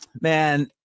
man